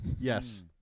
Yes